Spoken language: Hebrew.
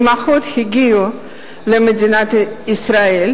והאמהות הגיעו למדינת ישראל.